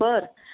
बरं